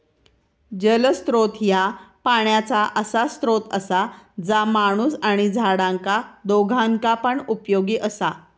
जलस्त्रोत ह्या पाण्याचा असा स्त्रोत असा जा माणूस आणि झाडांका दोघांका पण उपयोगी असा